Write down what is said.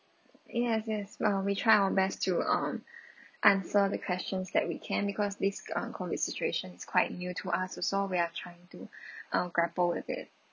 yes yes uh we try our best to um answer the questions that we can because this uh COVID situations is quite new to us also we are trying to uh grapple with it